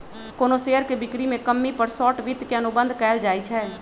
कोनो शेयर के बिक्री में कमी पर शॉर्ट वित्त के अनुबंध कएल जाई छई